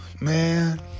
Man